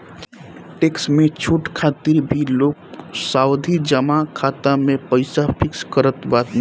tax में छूट खातिर भी लोग सावधि जमा खाता में पईसा फिक्स करत बाने